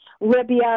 Libya